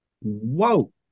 whoa